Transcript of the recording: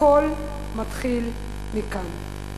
הכול מתחיל מכאן.